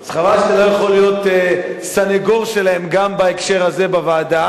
אז חבל שאתה לא יכול להיות סניגור שלהם גם בהקשר הזה בוועדה,